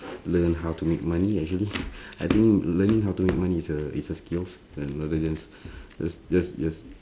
learning how to make money actually I think learning how to make money is a is a skill uh rather then just just just just